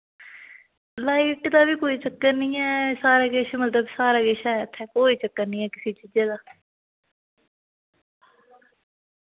light दा बी कोई चक्कर नेईं ऐ सारा किश मतलब सारा किश ऐ इत्थै कोई चक्कर नी ऐ किसे चीजै दा